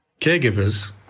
Caregivers